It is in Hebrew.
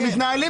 תודה.